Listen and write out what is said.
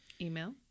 email